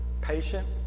patient